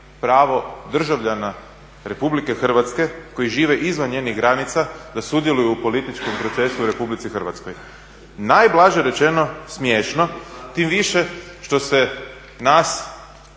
pravo državljana Republike Hrvatske koji žive izvan njenih granica da sudjeluju u političkom procesu u Republici Hrvatskoj. Najblaže rečeno smiješno tim više što se nas